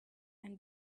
and